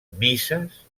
misses